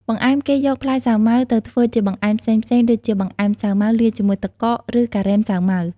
បង្អែម គេយកផ្លែសាវម៉ាវទៅធ្វើជាបង្អែមផ្សេងៗដូចជា បង្អែមសាវម៉ាវលាយជាមួយទឹកកក ឬ ការ៉េមសាវម៉ាវ។